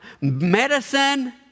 medicine